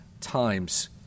times